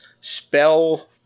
spell